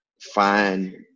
find